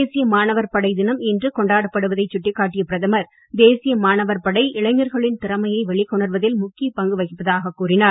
தேசிய மாணவர் படை தினம் இன்று கொண்டாடப்படுவதை சுட்டி காட்டிய பிரதமர் தேசிய மாணவர் படை இளைஞர்களின் திறமையை வெளிக் கொணர்வதில் முக்கிய பங்கு வகிப்பதாக கூறினார்